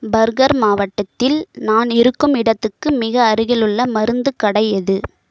burger மாவட்டத்தில் நான் இருக்கும் இடத்துக்கு மிக அருகிலுள்ள மருந்துக் கடை எது